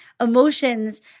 emotions